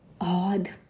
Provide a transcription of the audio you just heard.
odd